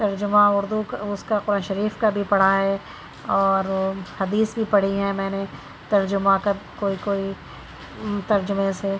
ترجمہ اردو کا اس کا قرآن شریف کا بھی پڑھا ہے اور حدیث بھی پڑھی ہیں میں نے ترجمہ کب کوئی کوئی ترجمے سے